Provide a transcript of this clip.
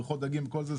בריכות דגים וכל זה.